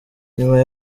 nyuma